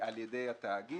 על ידי התאגיד,